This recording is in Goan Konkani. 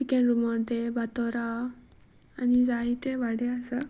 पिकॅन रुमोंटे बातोरां आनी जायते वाडे आसा